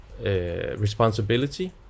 responsibility